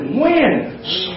wins